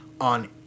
on